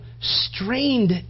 strained